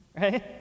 right